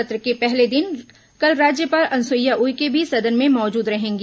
सत्र के पहले दिन कल राज्यपाल अनुसुईया उइके भी सदन में मौजूद रहेंगी